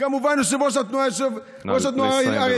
כמובן יושב-ראש התנועה, לסיים, בבקשה.